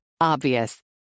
Obvious